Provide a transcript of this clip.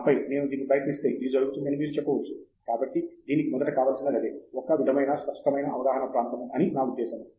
ఆపై నేను దీనిని ప్రయత్నిస్తే ఇది జరుగుతుంది అని మీరు చెప్పవచ్చు కాబట్టి దీనికి మొదట కావలసినది అదే ఒక విధమైన స్పష్టమైన అవగాహన ప్రాంతము అని నా ఉద్దేశ్యం